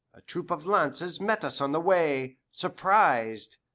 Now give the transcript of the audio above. a troop of lances met us on the way, surprised,